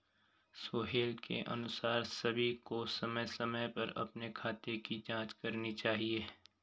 सोहेल के अनुसार सभी को समय समय पर अपने खाते की जांच करनी चाहिए